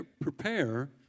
prepare